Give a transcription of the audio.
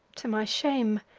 to my shame,